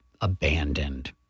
abandoned